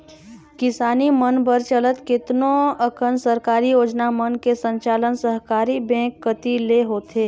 किसानी मन बर चलत केतनो अकन सरकारी योजना मन के संचालन सहकारी बेंक कति ले होथे